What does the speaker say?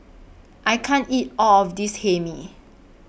I can't eat All of This Hae Mee